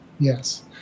Yes